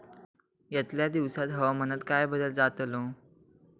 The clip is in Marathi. यतल्या दिवसात हवामानात काय बदल जातलो?